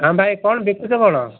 ହଁ ଭାଇ କ'ଣ ବିକୁଛ କ'ଣ